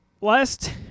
Last